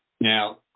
Now